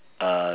uh